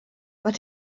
but